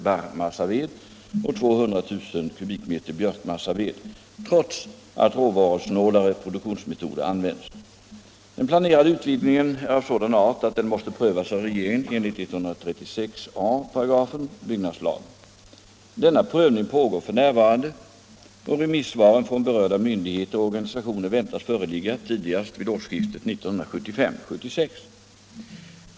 barrmassaved och 200 000 m? björkmassaved trots att råvarusnålare produktionsmetoder används. Den planerade utvidgningen är av sådan art att den måste prövas av regeringen enligt 136 a § byggnadslagen. Denna prövning pågår f. n., och remissvaren från berörda myndigheter och organisationer väntas föreligga tidigast vid årsskiftet 1975-1976.